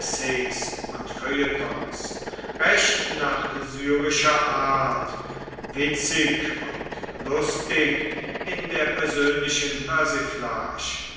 und feuilletons recht nach syrischer art witzig und lustig in der persönlichen